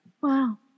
Wow